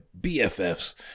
bffs